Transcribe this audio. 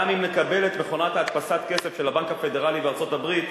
גם אם נקבל את מכונת הדפסת הכסף של הבנק הפדרלי בארצות-הברית,